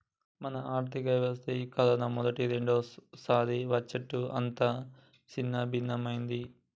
మన ఆర్థిక వ్యవస్థ ఈ కరోనా మొదటి రెండవసారి వచ్చేట్లు అంతా సిన్నభిన్నమైంది